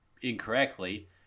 incorrectly